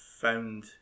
found